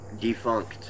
defunct